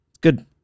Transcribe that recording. Good